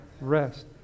rest